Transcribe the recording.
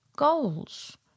Goals